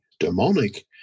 demonic